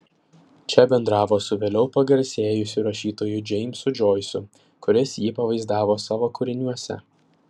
čia bendravo su vėliau pagarsėjusiu rašytoju džeimsu džoisu kuris jį pavaizdavo savo kūriniuose